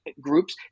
groups